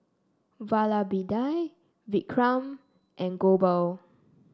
Vallabhbhai Vikram and Gopal